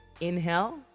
inhale